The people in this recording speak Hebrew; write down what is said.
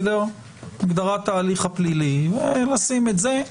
הגדרת ההליך הפלילי, ולשים את זה.